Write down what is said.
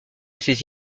ces